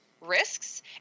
risks